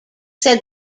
said